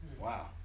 Wow